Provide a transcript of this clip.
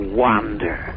wander